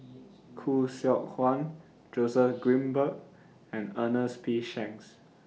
Khoo Seok Wan Joseph Grimberg and Ernest P Shanks